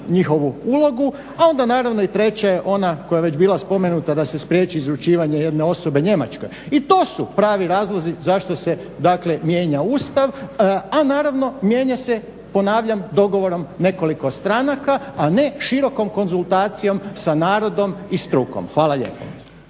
njihovu ulogu, a onda naravno i treće ona koja je već bila spomenuta da se spriječi izručivanje jedne osobe Njemačkoj. I to su pravi razlozi zašto se, dakle mijenja Ustav a naravno mijenja se ponavljam dogovorom nekoliko stranaka, a ne širokom konzultacijom sa narodom i strukom. Hvala lijepo.